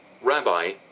Rabbi